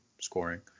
scoring